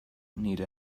nire